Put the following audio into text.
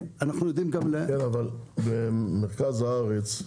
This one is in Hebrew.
כן, אבל במרכז הארץ,